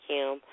Kim